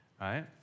Right